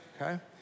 Okay